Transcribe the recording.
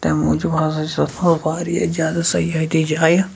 تمہِ موٗجوٗب آز حظ چھِ تَتھ منٛز واریاہ زیادٕ سیٲحتی جایہِ